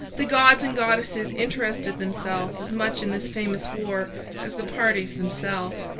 the gods and goddesses interested themselves as much in this famous war as the parties themselves.